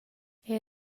eir